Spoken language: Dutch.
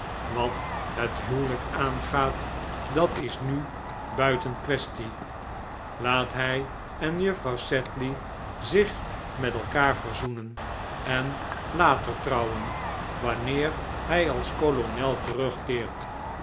wat het huwelijk aangaat dat is nu buiten quaestie laat hij en juffrouw s zich met elkaar verzocnen en later trouwen wanneer hij als kolonel tcrugkeert